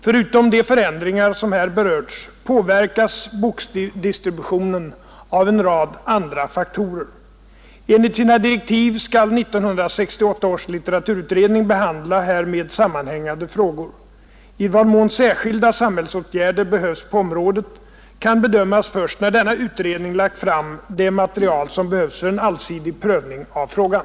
Förutom de förändringar som här berörts påverkas bokdistributionen av en rad andra faktorer. Enligt sina direktiv skall 1968 års litteraturutredning behandla härmed sammanhängande frågor. I vad mån särskilda samhällsåtgärder behövs på området kan bedömas först när denna utredning lagt fram det material som behövs för en allsidig prövning av frågan.